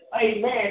Amen